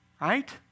right